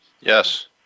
Yes